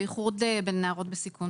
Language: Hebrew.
בייחוד לנערות בסיכון.